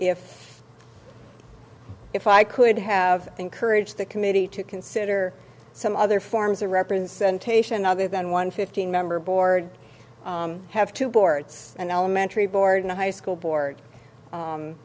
if if i could have encouraged the committee to consider some other forms of representation other than one fifteen member board have two boards an elementary board and a high school board